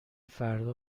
فردا